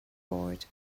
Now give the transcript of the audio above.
board